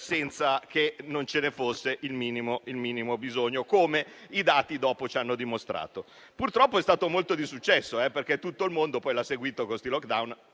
senza che ce ne fosse il minimo bisogno, come i dati dopo ci hanno dimostrato. Purtroppo è stato molto di successo, perché tutto il mondo poi l'ha seguito con i *lockdown*,